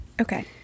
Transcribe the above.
Okay